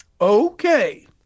Okay